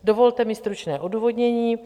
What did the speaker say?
Dovolte mi stručné odůvodnění.